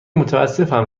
متاسفم